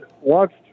watched